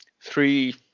three